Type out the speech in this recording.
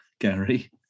Gary